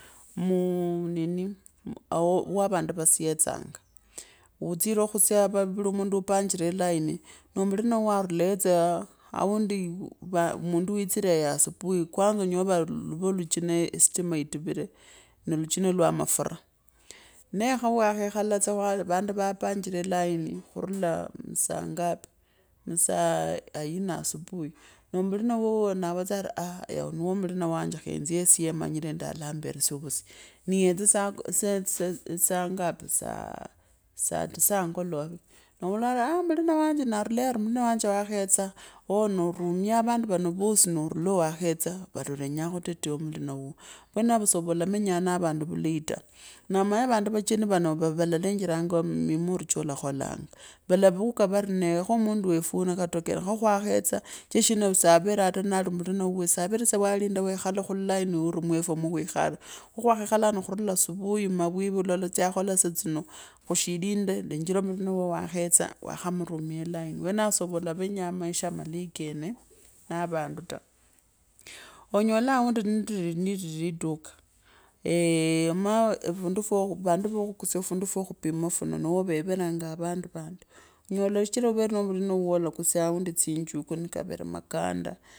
Muu nini, wa, vandu vasyetsanga, aah, utsire okhusya vuli mundu upangire elaini, noo mulina wao arulayo tsa aundi va mundu witsive asibui kwanza onyole vari luvee oluchina estima iituvivu nooluchina iwa mafara nee khawakhakhala tsa wa vandu waapanjire elaini khuruta masaa ngapi musaa aundi asubuhi noo, mulina wuao navola tsaari ao ni wa mulina wanje lakhaenye esyeo manyare endi alambetesia ovusye nigesta tsa tsa saa ngapi ahh saa tisa angolowe novolo ovi ahh mulina wanje na vula ari mulina wanje wakhetsa oooh noourumia avandu vano vosi norunoo wakhetsa alenyaa khutekha mulina wuuo, wenao soova olamenyaa na vandi vulei tawe naa amanye vandu vacheni vano vale; enjera mima cholakholanga vale uka vari khanee mundu wefu waanwokatoto kene kwakhetsa, sichira shina shina saverekho nali mulina wakwe savere tsa walinda kwekhalakho mulaina mwaefwa khwikhale moo, khwakhekhala. Anoo khurula subui, mavwi vulolo tsya khola saa tino khushilinda, lenjera mulina wao yakhetsa wakhamurumia elaini, wenao soova olamenyaa maisha kene na vandu vulai ta. Onyola avundi nilili duka eeeh! Maa fundu, vandu vokhusya fundu fwokhupima funo nuo veviranga avandu vandi, onyola sichira uwere no mulina uwo avundi olakasyanga tiijuku nikavere makand.